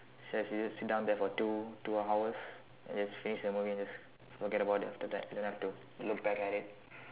so if you just sit down there for two two hours and just finish the movie and just forget about it after that don't have to look back at it